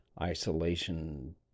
isolation